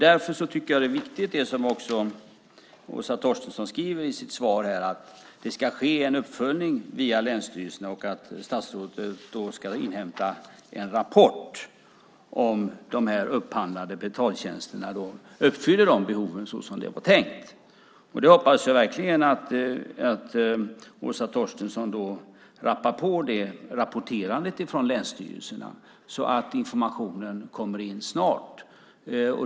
Därför tycker jag att det som Åsa Torstensson skriver i sitt svar är viktigt, nämligen att det ska ske en uppföljning via länsstyrelserna och att statsrådet ska inhämta en rapport om huruvida de upphandlade betaltjänsterna uppfyller behoven som det var tänkt. Jag hoppas verkligen att Åsa Torstensson rappar på det rapporterandet från länsstyrelserna så att informationen kommer in snart.